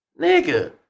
nigga